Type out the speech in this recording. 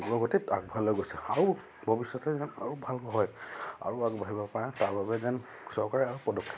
অগ্ৰগতিত আগবঢ়াই লৈ গৈছে আৰু ভৱিষ্যতে যেন আৰু ভাল হয় আৰু আগবাঢ়িব পাৰে তাৰ বাবে যেন চৰকাৰে আৰু পদক্ষেপ